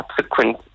subsequent